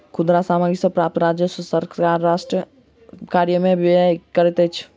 खुदरा सामग्री सॅ प्राप्त राजस्व सॅ सरकार राष्ट्र विकास कार्य में व्यय करैत अछि